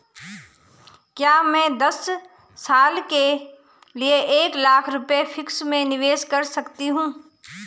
क्या मैं दस साल के लिए एक लाख रुपये फिक्स में निवेश कर सकती हूँ?